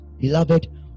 Beloved